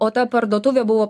o ta parduotuvė buvo